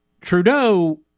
Trudeau